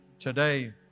Today